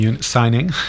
signing